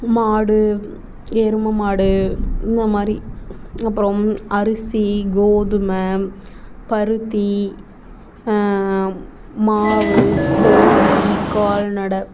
மாடு எருமை மாடு இந்த மாதிரி அப்புறம் அரிசி கோதுமை பருத்தி மாவு கோழி கால்நடை